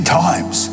times